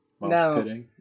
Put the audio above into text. No